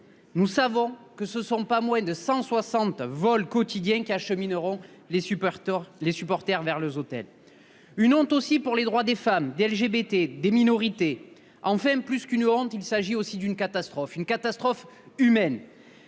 nous savons que ce ne sont pas moins de 160 vols quotidiens qui achemineront les supporters jusqu'à leurs hôtels. C'est une honte aussi pour les droits des femmes, des LGBTQI+, des minorités. Enfin, plus que d'une honte, il s'agit d'une catastrophe humaine.